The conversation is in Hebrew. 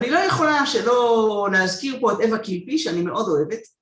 אני לא יכולה שלא להזכיר פה את אווה קיפי, שאני מאוד אוהבת.